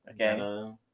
Okay